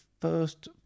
first